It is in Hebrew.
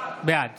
בעד